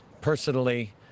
personally